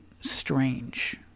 strange